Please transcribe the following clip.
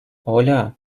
оля